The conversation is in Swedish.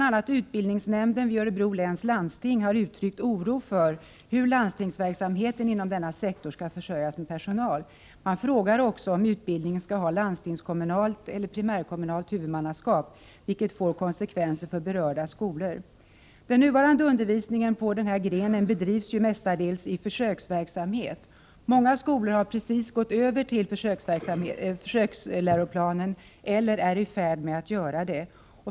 a. utbildningsnämnden vid Örebro läns landsting har uttyckt oro för hur landstingsverksamheten inom denna sektor skall försörjas med personal. Man frågar också om utbildningen skall ha landstingskommunalt eller primärkommunalt huvudmannaskap — det får ju konsekvenser för berörda skolor. Den nuvarande undervisningen på denna gren bedrivs mestadels i försöksverksamhet. Många skolor har precis gått över till denna försöksläroplan eller är i färd med att göra det.